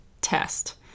test